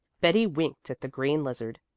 betty winked at the green lizard.